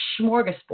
smorgasbord